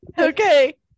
Okay